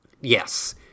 Yes